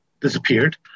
disappeared